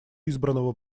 избранного